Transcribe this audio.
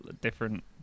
different